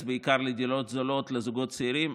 בעיקר לדירות זולות לזוגות צעירים,